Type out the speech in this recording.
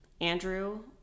Andrew